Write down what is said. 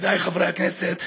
ידידיי חברי הכנסת,